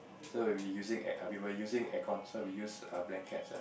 so we were using air we were using aircon so we use err blankets ah